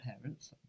parents